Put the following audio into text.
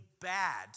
bad